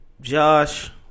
Josh